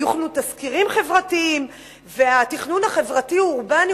יוכנו תסקירים חברתיים והתכנון החברתי הוא אורבני,